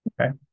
Okay